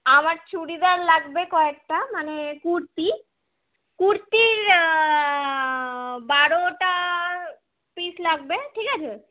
আমার চুড়িদার লাগবে কয়েকটা মানে কুর্তি কুর্তির বারোটা পিস লাগবে ঠিক আছে